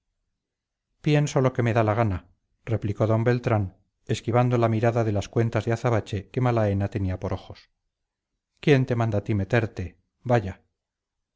pienso lo que me da la gana replicó d beltrán esquivando la mirada de las cuentas de azabache que malaenatenía por ojos quién te manda a ti meterte vaya